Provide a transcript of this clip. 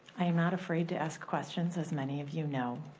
i'm not afraid to ask questions, as many of you know.